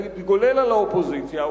להתגולל על האופוזיציה,